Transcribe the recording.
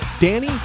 Danny